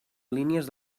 línies